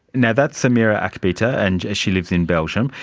now, that's samira achbita and she lives in belgium.